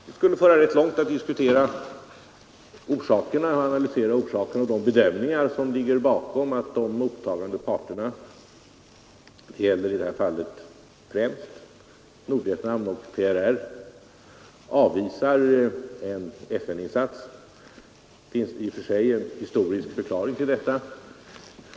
Det skulle föra för långt att analysera orsakerna härtill och de bedömningar som ligger bakom det förhållandet att de mottagande parterna — det gäller i detta fall främst Nordvietnam och PRR — avvisar en FN-insats. Det finns en historisk förklaring till det.